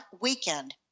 weekend